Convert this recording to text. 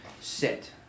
sit